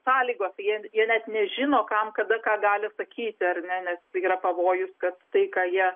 sąlygose jie jie net nežino kam kada ką gali sakyti ar ne nes yra pavojus kad tai ką jie